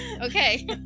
okay